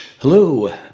Hello